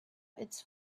its